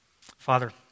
Father